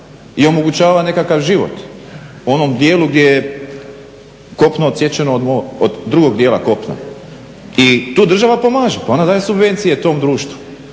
i omogućava nekakav život onom dijelu gdje je kopno odsječeno od drugog dijela kopna. I tu država pomaže, pa ona daje subvencije tom društvu,